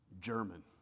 German